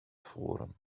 forum